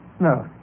No